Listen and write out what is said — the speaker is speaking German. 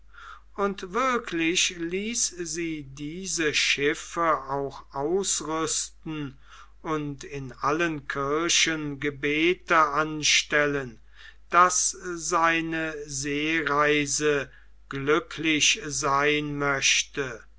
und wirklich ließ sie diese schiffe auch ausrüsten und in allen kirchen gebete anstellen daß seine seereise glücklich sein möchte